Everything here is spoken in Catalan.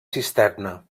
cisterna